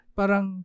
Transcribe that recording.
parang